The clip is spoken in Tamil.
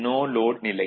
நோ லோட் நிலை